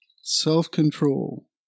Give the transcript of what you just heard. self-control